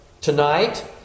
tonight